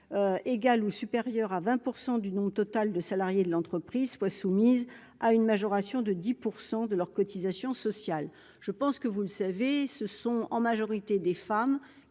égal ou supérieur à 20 % du nombre total de salariés de l'entreprise soit soumise à une majoration de 10 % de leurs cotisations sociales, je pense que vous le savez, ce sont en majorité des femmes